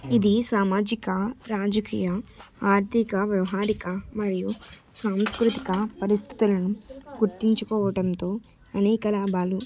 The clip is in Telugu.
ఇది సామాజిక రాజకీయ ఆర్థిక వ్యవహారిక మరియు సాంస్కృతిక పరిస్థితులను గుర్తించుకోవటంతో అనేక లాభాలు